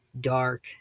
dark